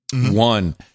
One